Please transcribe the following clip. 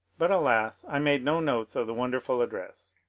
but alas, i made no notes of the wonderful address,